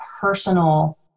personal